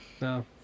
No